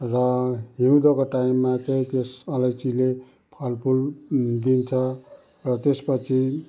र हिउँदको टाइममा चाहिँ त्यस अलैँचीले फलफुल दिन्छ र त्यसपछि